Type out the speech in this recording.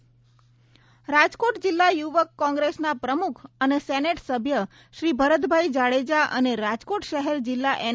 ભાજપમાં જોડાયા રાજકોટ જિલ્લા યુવક કોંગ્રેસના પ્રમુખ અને સેનેટ સભ્ય શ્રી ભરતભાઇ જાડેજા તથા રાજકોટ શહેર જિલ્લા એન